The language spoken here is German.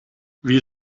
wie